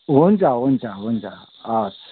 हुन्छ हुन्छ हुन्छ हवस्